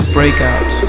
Breakout